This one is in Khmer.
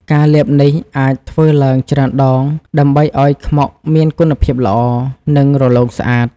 ការលាបនេះអាចធ្វើឡើងច្រើនដងដើម្បីឱ្យខ្មុកមានគុណភាពល្អ និងរលោងស្អាត។